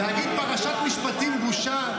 --- להגיד "פרשת משפטים בושה",